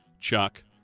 Chuck